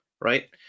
right